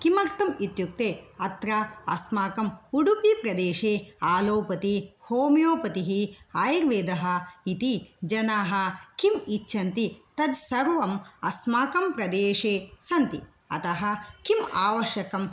किमर्थम् इत्युक्ते अत्र अस्माकम् उडुपिप्रदेशे अलोपति होमियोपतिः आयुर्वेदः इति जनाः किम् इच्छन्ति तद् सर्वं अस्माकं प्रदेशे सन्ति अतः किम् आवश्यकं